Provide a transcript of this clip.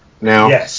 now